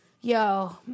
yo